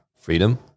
freedom